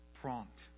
prompt